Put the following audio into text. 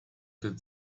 could